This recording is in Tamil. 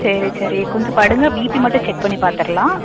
சரி சரி கொஞ்சம் படுங்க பிபி மட்டும் செக் பண்ணி பார்த்தர்லாம்